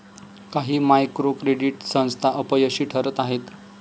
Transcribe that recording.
काही micro credit संस्था अपयशी ठरत आहेत